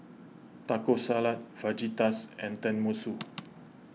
Taco Salad Fajitas and Tenmusu